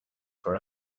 for